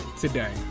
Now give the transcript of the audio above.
today